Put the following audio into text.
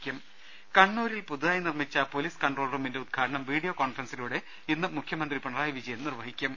രുട്ടിട്ട്ട്ട്ട്ട്ട്ട ട കണ്ണൂരിൽ പുതുതായി നിർമ്മിച്ച പൊലീസ് കൺട്രോൾ റൂമിന്റെ ഉദ്ഘാ ടനം വീഡിയോ കോൺഫറൻസിംഗിലൂടെ ഇന്ന് മുഖ്യമന്ത്രി പിണറായി വിജ യൻ നിർവഹിക്കും